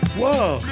whoa